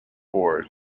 forward